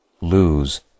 LOSE